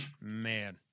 Man